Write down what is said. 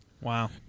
Wow